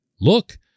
Look